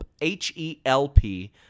H-E-L-P